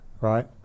right